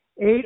eight